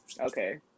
Okay